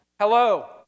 Hello